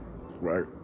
Right